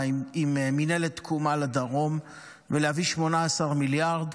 עם מינהלת תקומה לדרום ולהביא 18 מיליארד,